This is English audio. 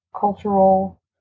cultural